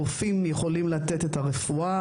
הרופאים יכולים לתת את הרפואה,